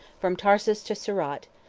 from tarsus to surat,